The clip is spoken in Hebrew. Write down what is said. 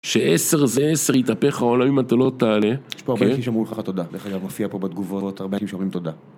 שעשר זה עשר, יתהפך העולם אם אתה לא תעלה. יש פה הרבה אנשים שאמרו לך תודה, דרך אגב, מופיע פה בתגובות הרבה אנשים שאומרים תודה.